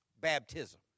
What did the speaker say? baptism